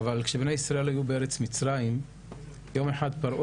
אבל כשבני ישראל היו במצרים יום אחד פרעה